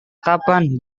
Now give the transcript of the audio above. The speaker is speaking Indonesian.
kapan